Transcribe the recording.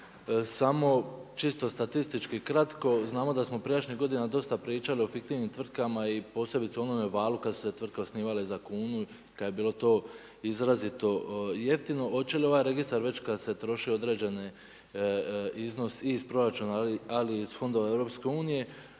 Samo čisto statistički kratko, znamo da smo prijašnjih godina dosta pričali o fiktivnim tvrtkama i posebice o onome valu kada su se tvrtke osnivale za kunu, kada je bilo to izrazito jeftino, hoće li ovaj registar već kada se troši određeni iznos iz proračuna ali i iz fondova EU,